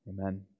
Amen